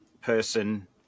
person